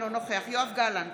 אינו נוכח יואב גלנט,